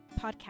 Podcast